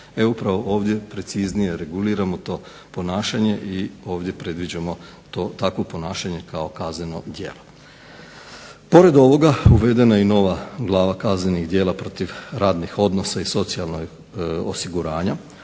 Upravo ovdje preciznije reguliramo to ponašanje i ovdje predviđamo takvo ponašanje kao kazneno djelo. Pored toga, uvedena je i nova glava kaznenih djela protiv radnih odnosa i socijalnog osiguranja